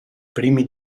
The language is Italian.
primi